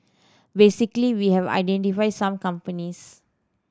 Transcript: basically we have identified some companies